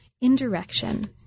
indirection